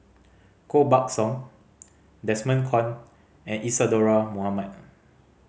Koh Buck Song Desmond Kon and Isadhora Mohamed